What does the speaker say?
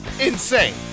insane